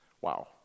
Wow